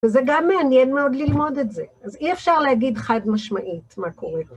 וזה גם מעניין מאוד ללמוד את זה, אז אי אפשר להגיד חד-משמעית מה קורה.